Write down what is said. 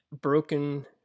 broken